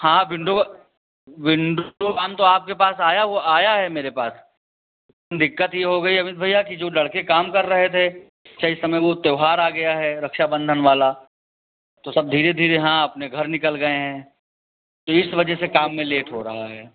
हाँ विंडो का विंडो काम तो आपके पास आया हु आया है मेरे पास दिक़्क़त यह हो गई अमित भैया कि जो लड़के काम कर रहे थे अच्छा इस समय वह त्यौहार आ गया है रक्षाबंधन वाला तो सब धीरे धीरे हाँ अपने घर निकल गए हैं तो इस वजह से काम में लेट हो रहा है